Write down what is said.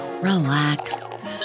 relax